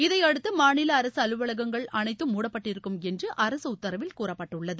இதையடுத்து மாநில அரசு அலுவலகங்கள் அனைத்தும் முடப்பட்டிருக்கும் என்று அரசு உத்தரவில் கூறப்பட்டுள்ளது